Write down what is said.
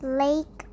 lake